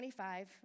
25